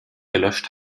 gelöscht